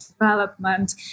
development